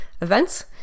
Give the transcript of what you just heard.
events